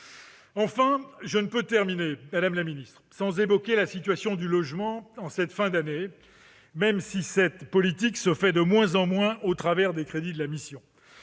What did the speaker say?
Enfin, je ne peux terminer, madame la ministre, sans évoquer la situation du logement en cette fin d'année, même si cette politique est de moins en moins mise en oeuvre au travers des crédits de la mission.